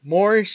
More